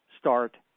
Start